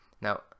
Now